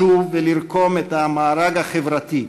לשוב ולרקום את המארג החברתי,